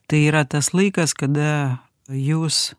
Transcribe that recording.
tai yra tas laikas kada jūs